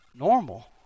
normal